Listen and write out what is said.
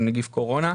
התוכניות.